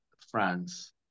France